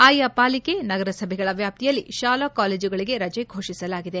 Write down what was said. ಆಯಾ ಪಾಲಿಕೆ ನಗರಸಭೆಗಳ ವ್ಯಾಪ್ತಿಯಲ್ಲಿ ಶಾಲಾ ಕಾಲೇಜುಗಳಿಗೆ ರಜೆ ಘೋಷಿಸಲಾಗಿದೆ